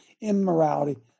Immorality